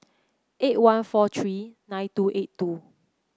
eight one four three nine two eight two